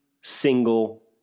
single